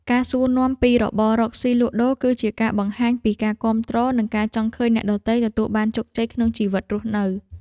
ការសួរនាំពីរបររកស៊ីលក់ដូរ គឺជាការបង្ហាញពីការគាំទ្រនិងការចង់ឃើញអ្នកដទៃទទួលបានជោគជ័យក្នុងជីវិតរស់នៅ។